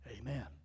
Amen